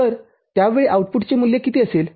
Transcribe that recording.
तर त्यावेळी आउटपुटचे मूल्य किती असेल